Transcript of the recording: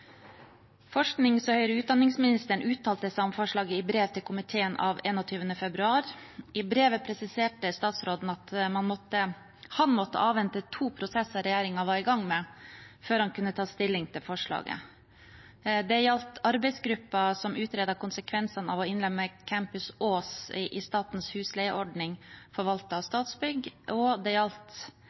og høyere utdanning uttalte seg om representantforslaget i brev til komiteen av 21. februar. I brevet presiserte statsråden at han måtte avvente to prosesser regjeringen var i gang med, før han kunne ta stilling til forslaget. Det gjaldt arbeidsgruppen som utredet konsekvensene av å innlemme Campus Ås i statens husleieordning, forvaltet av Statsbygg, og det gjaldt